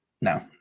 no